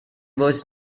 was